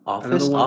Office